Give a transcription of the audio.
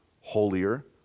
holier